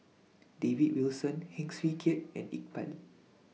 David Wilson Heng Swee Keat and Iqbal